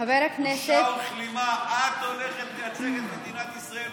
את תרימי את דגל ישראל?